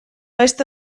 beste